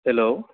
hello